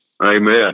Amen